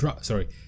sorry